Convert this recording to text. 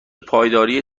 پایداری